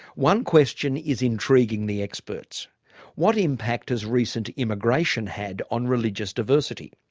one question is intriguing the experts what impact has recent immigration had on religious diversity?